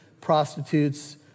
prostitutes